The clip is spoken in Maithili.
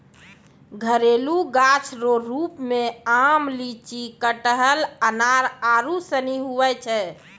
घरेलू गाछ रो रुप मे आम, लीची, कटहल, अनार आरू सनी हुवै छै